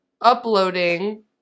uploading